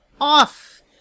off